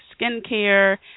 skincare